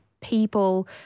people